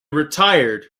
retired